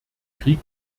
krieg